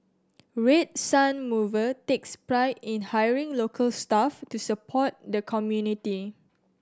Red Sun Mover takes pride in hiring local staff to support the community